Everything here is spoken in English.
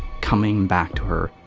coming back to her.